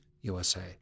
USA